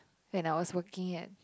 when I was working at